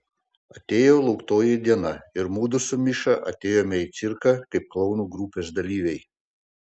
atėjo lauktoji diena ir mudu su miša atėjome į cirką kaip klounų grupės dalyviai